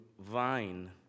vine